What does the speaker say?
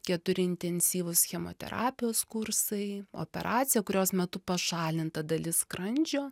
keturi intensyvūs chemoterapijos kursai operacija kurios metu pašalinta dalis skrandžio